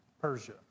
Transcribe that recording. Persia